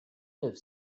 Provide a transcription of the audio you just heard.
live